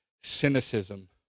cynicism